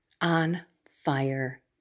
on-fire